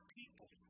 people